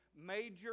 major